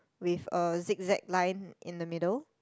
with a zig zag line in the middle